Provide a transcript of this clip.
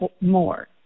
more